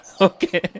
Okay